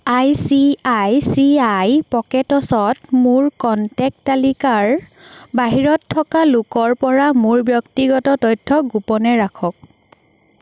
I C I C I পকেটছ্ত মোৰ contact তালিকাৰ বাহিৰত থকা লোকৰ পৰা মোৰ ব্যক্তিগত তথ্য গোপনে ৰাখক